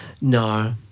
no